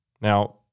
Now